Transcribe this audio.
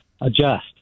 adjust